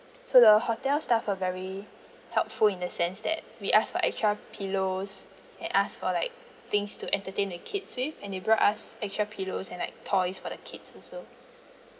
so the hotel staff were very helpful in the sense that we asked for extra pillows and asked for like things to entertain the kids with and they brought us extra pillows and like toys for the kids also